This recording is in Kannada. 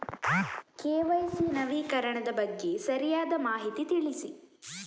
ಕೆ.ವೈ.ಸಿ ನವೀಕರಣದ ಬಗ್ಗೆ ಸರಿಯಾದ ಮಾಹಿತಿ ತಿಳಿಸಿ?